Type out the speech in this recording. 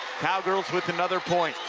cowgirls with another point